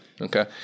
okay